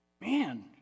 Man